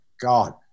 God